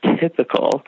typical